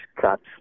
cuts